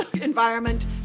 environment